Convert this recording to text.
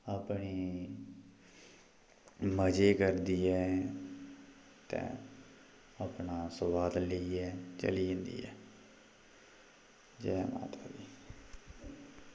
अपनी मज़ करदी ऐ ते अपना सोआद लेइयै चली जंदी ऐ जै माता दी